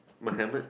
my helmet